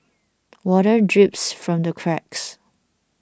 water drips from the cracks